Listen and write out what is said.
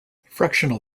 fractional